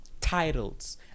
titles